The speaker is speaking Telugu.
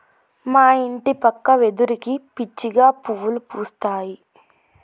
మా ఇంటి పక్క వెదురుకి పిచ్చిగా పువ్వులు పూస్తాయి